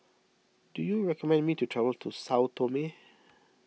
do you recommend me to travel to Sao Tome